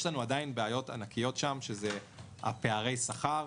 יש לנו עדיין בעיות ענקיות שם, שזה פערי השכר,